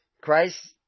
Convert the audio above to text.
Christ